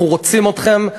אנחנו רוצים אתכם.